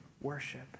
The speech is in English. worship